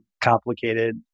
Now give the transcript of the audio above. complicated